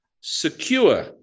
secure